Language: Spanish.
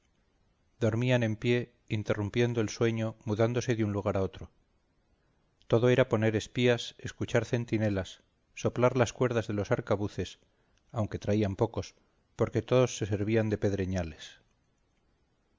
dormían en pie interrompiendo el sueño mudándose de un lugar a otro todo era poner espías escuchar centinelas soplar las cuerdas de los arcabuces aunque traían pocos porque todos se servían de pedreñales